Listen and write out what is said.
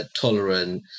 tolerant